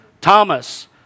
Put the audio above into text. Thomas